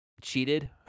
cheated